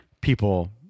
people